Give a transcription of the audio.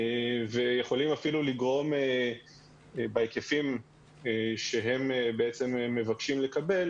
והם יכולים אפילו לגרום בהיקפים שהם מבקשים לקבל